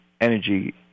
energy